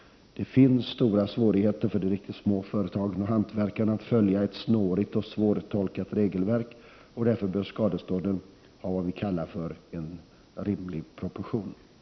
Det finns stora svårigheter för de riktigt små företagen och hantverkarna att följa ett snårigt och svårtolkat regelverk, och därför bör skadestånd ha vad vi kallar en rimlig proportion. Herr talman!